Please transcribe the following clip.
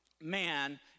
man